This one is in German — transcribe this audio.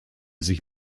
sich